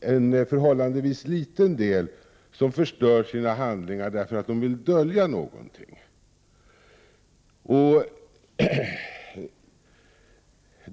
en förhållandevis liten del, som förstör sina handlingar därför att de vill dölja någonting.